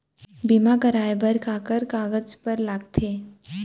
बीमा कराय बर काखर कागज बर लगथे?